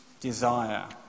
desire